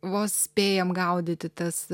vos spėjame gaudyti tas